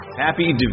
Happy